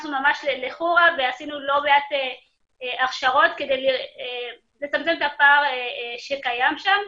נכנסנו ממש לחורה ועשינו לא מעט הכשרות כדי לצמצם את הפער שקיים שם.